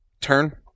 turn